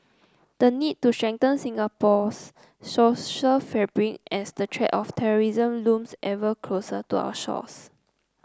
the need to strengthen Singapore's social fabric as the threat of terrorism looms ever closer to our shores